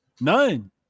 None